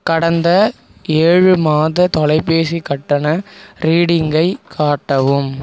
கடந்த ஏழு மாத தொலைபேசி கட்டண ரீடிங்கை காட்டவும்